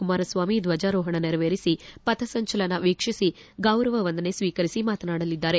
ಕುಮಾರಸ್ವಾಮಿ ದ್ವಜಾರೋಹಣ ನೆರವೇರಿಸಿ ಪಥಸಂಚಲನ ವೀಕ್ಷಿಸಿ ಗೌರವ ವಂದನೆ ಸ್ತೀಕರಿಸಿ ಮಾತನಾಡಲಿದ್ದಾರೆ